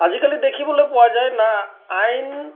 আজিকালি দেখিবলৈ পোৱা যায় না আইন